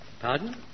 Pardon